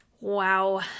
Wow